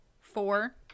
Four